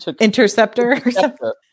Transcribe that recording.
Interceptor